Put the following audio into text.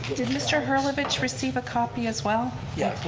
did mr. herlovich receive a copy as well? yeah